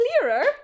clearer